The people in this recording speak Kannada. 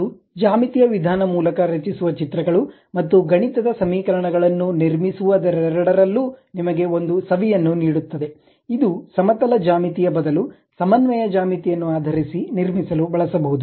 ಅದು ಜ್ಯಾಮಿತೀಯ ವಿಧಾನ ಮೂಲಕ ರಚಿಸುವ ಚಿತ್ರಗಳು ಮತ್ತು ಗಣಿತದ ಸಮೀಕರಣಗಳನ್ನು ನಿರ್ಮಿಸುವದರೆಡರಲ್ಲೂ ನಿಮಗೆ ಒಂದು ಸವಿಯನ್ನು ನೀಡುತ್ತದೆ ಇದು ಸಮತಲ ಜ್ಯಾಮಿತಿಯ ಬದಲು ಸಮನ್ವಯ ಜ್ಯಾಮಿತಿಯನ್ನು ಆಧರಿಸಿ ನಿರ್ಮಿಸಲು ಬಳಸಬಹುದು